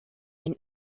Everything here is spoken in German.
ein